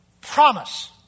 promise